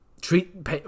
treat